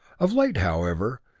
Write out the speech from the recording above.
of late, however,